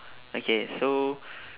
okay so